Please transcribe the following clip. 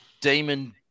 Demon